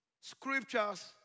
scriptures